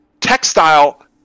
textile